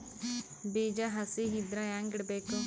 ಬೀಜ ಹಸಿ ಇದ್ರ ಹ್ಯಾಂಗ್ ಇಡಬೇಕು?